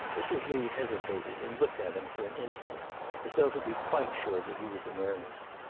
mrs. lee hesitated and looked at him for an instant as though to be quite sure that he was in earnest.